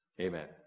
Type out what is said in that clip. Amen